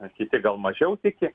nes kiti gal mažiau tiki